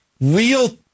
real